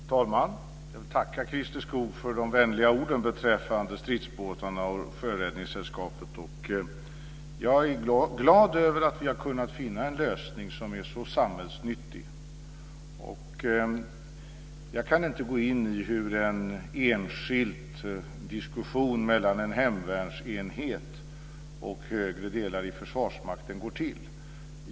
Fru talman! Jag vill tacka Christer Skoog för de vänliga orden beträffande stridsbåtarna och Sjöräddningssällskapet. Jag är glad över att vi har kunnat finna en lösning som är så samhällsnyttig. Jag kan inte gå in i hur en enskild diskussion mellan en hemvärnsenhet och högre delar i Försvarsmakten går till.